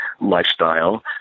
lifestyle